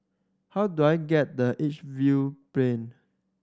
how do I get the Edgefield Plain